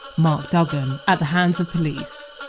mark duggan, at the hands of police.